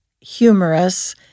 humorous